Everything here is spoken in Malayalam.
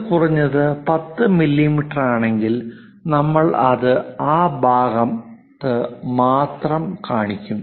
ഇത് കുറഞ്ഞത് 10 മില്ലീമീറ്ററാണെങ്കിൽ നമ്മൾ അത് ആ ഭാഗത്ത് മാത്രം കാണിക്കും